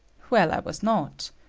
well, i was not.